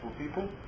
people